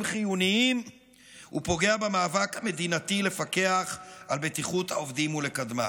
חיוניים ופוגע במאבק המדינתי לפקח על בטיחות העובדים ולקדמה.